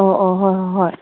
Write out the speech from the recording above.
ꯑꯣ ꯑꯣ ꯍꯣꯏ ꯍꯣꯏ ꯍꯣꯏ